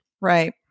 Right